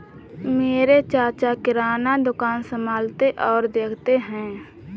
मेरे चाचा किराना दुकान संभालते और देखते हैं